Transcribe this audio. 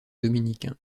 dominicains